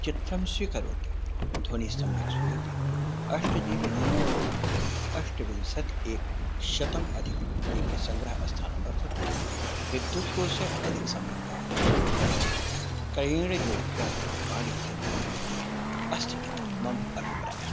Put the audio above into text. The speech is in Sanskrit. चित्रं स्वीकरोति ध्वनिः सम्यक् श्रूयते अष्ट जिबि र्याम् अस्ति अष्टविंशतेकशतमधिकं लिबि सङ्ग्रहस्थानं वर्तते विद्युत्कोषे अधिकं समयं यावत् तिष्ठति क्रयणयोग्यं दूरवाणीयन्त्रम् अस्ति इति मम अभिप्रायः